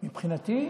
מבחינתי?